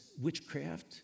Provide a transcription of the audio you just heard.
witchcraft